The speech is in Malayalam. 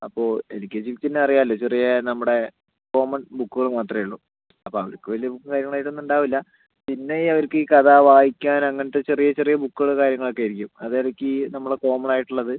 അപ്പോൾ എൽ കെ ജിക്ക് പിന്നെ അറിയാമല്ലോ ചെറിയ നമ്മുടെ കോമൺ ബുക്കുകൾ മാത്രമേയുള്ളൂ അപ്പം അവർക്ക് വലിയ ബുക്ക് കാര്യങ്ങളും അങ്ങനെ ഒന്നും ഉണ്ടാവില്ല പിന്നെ അവർക്ക് ഈ കഥ വായിക്കാൻ അങ്ങനത്തെ ചെറിയ ചെറിയ ബുക്കുകൾ കാര്യങ്ങളൊക്കെ ആയിരിക്കും അത് ഇടയ്ക്ക് നമ്മളുടെ കോമൺ ആയിട്ടുള്ളത്